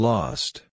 Lost